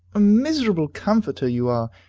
a miserable comforter you are!